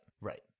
right